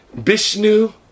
Bishnu